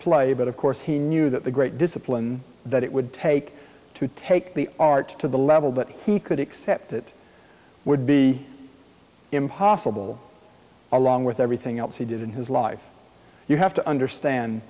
play but of course he knew that the great discipline that it would take to take the art to the level that he could accept it would be impossible along with everything else he did in his life you have to understand